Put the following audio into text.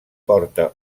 porta